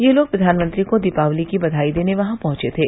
ये लोग प्रधानमंत्री को दीपावली की बधाई देने वहां पहुंचे थे